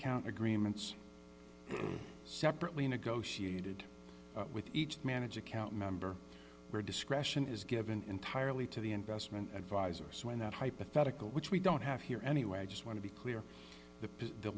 count agreements separately negotiated with each to manage account member or discretion is given entirely to the investment advisors when that hypothetical which we don't have here anyway i just want to be clear the